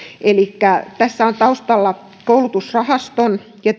elikkä tässä on taustalla koulutusrahaston ja